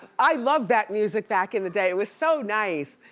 i loved that music back in the day. it was so nice.